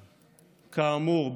כאמור,